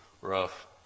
rough